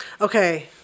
Okay